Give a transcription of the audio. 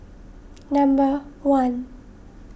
number one